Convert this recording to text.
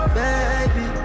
baby